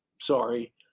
sorry